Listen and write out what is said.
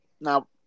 now